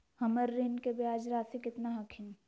हमर ऋण के ब्याज रासी केतना हखिन?